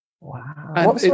Wow